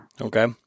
Okay